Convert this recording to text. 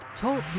Talk